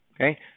okay